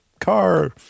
car